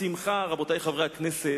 השמחה, רבותי חברי הכנסת,